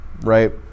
Right